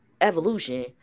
evolution